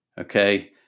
Okay